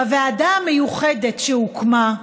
בוועדה המיוחדת שהוקמה,